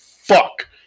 fuck